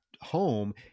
home